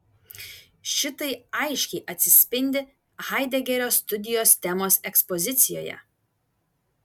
šitai aiškiai atsispindi haidegerio studijos temos ekspozicijoje